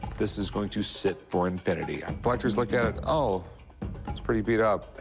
this is going to sit for infinity. and collectors look at it oh pretty beat up.